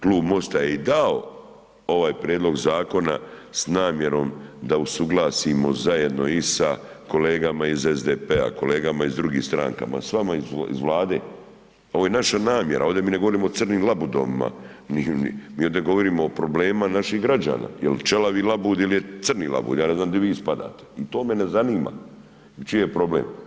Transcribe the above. Klub MOST-a je i dao ovaj prijedlog zakona s namjerom da usuglasimo zajedno i sa kolegama iz SDP-a, kolegama iz drugih stranaka, s vama iz Vlade, ovo je naša namjera, ovde mi ne govorimo o crnim labudovima, mi ovde govorimo o problemima naših građana, jel ćelavi labud ili je crni labud, ja ne znam di vi spadate i to me ne zanima i čiji je problem.